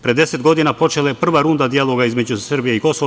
Pre deset godina počela je prva runda dijaloga između Srbije i Kosova.